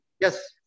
Yes